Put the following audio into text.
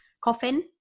coffin